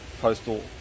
postal